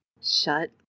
Shut